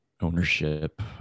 ownership